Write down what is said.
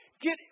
Get